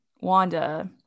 Wanda